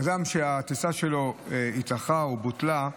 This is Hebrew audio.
אדם שהטיסה שלו התארכה או בוטלה,